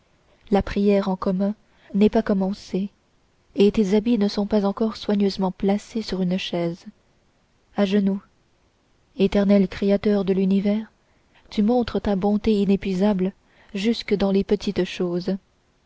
la prière en commun n'est pas commencée et tes habits ne sont pas encore soigneusement placés sur une chaise a genoux éternel créateur de l'univers tu montres la bonté inépuisable jusque dans les plus petites choses